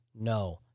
No